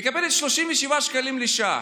מקבלת 37 שקלים לשעה.